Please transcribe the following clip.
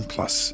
Plus